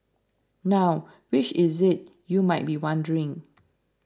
now which is it you might be wondering